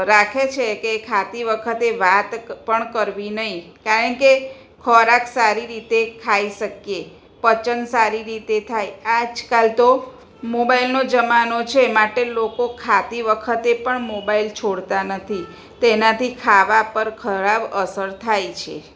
રાખે છે કે ખાતી વખતે વાત પણ કરવી નહીં કારણ કે ખોરાક સારી રીતે ખાઈ શકીએ પાચન સારી રીતે થાય આજકાલ તો મોબાઈલનો જમાનો છે માટે લોકો ખાતી વખતે પણ મોબાઈલ છોડતા નથી તેનાથી ખાવા પર ખરાબ અસર થાય છે